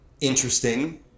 interesting